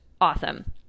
awesome